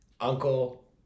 uncle